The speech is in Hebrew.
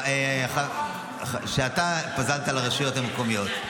שאתה פזלת לרשויות המקומיות.